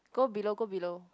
go below go below